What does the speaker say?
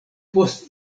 post